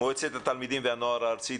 ממועצת התלמידים והנוער הארצית.